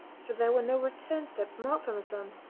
for there were no return steps marked on the sand,